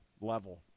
level